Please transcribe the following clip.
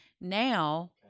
Now